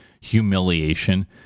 humiliation